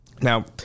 Now